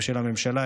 ושל הממשלה,